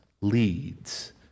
leads